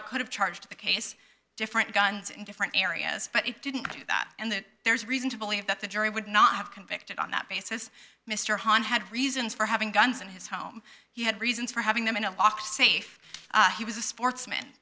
it could have charged the case different guns in different areas but it didn't do that and that there is reason to believe that the jury would not have convicted on that basis mr han had reasons for having guns in his home he had reasons for having them in a locked safe he was a sportsman